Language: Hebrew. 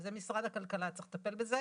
זה משרד הכלכלה צריך לטפל בזה.